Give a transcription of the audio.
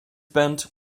bent